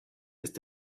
ist